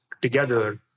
together